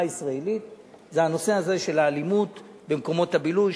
הישראלית היא הנושא הזה של האלימות במקומות הבילוי,